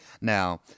Now